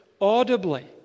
audibly